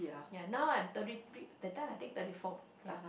ya I now thirty three that time I think thirty four ya